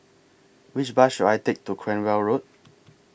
Which Bus should I Take to Cranwell Road